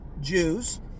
Jews